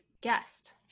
guest